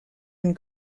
and